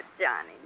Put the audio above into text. Johnny